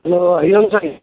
hello हरिओम साईं